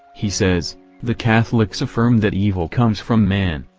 he says the catholics affirm that evil comes from man,